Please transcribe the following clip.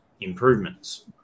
improvements